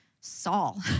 Saul